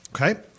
Okay